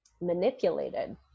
manipulated